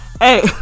Hey